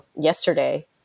yesterday